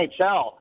NHL